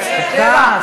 עפר פרץ?